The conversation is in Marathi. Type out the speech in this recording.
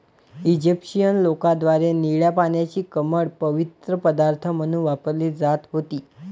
इजिप्शियन लोकांद्वारे निळ्या पाण्याची कमळ पवित्र पदार्थ म्हणून वापरली जात होती